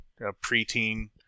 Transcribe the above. preteen